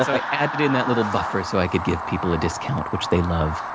i added in that little buffer, so i could give people a discount, which they love.